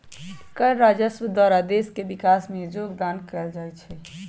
कर राजस्व द्वारा देश के विकास में जोगदान कएल जाइ छइ